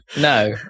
No